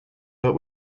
but